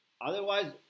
otherwise